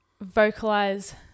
vocalize